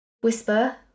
Whisper